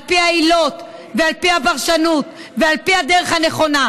על פי העילות ועל פי הפרשנות ועל פי הדרך הנכונה.